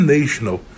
National